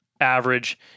average